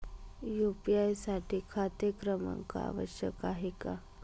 UPI साठी खाते क्रमांक आवश्यक आहे का?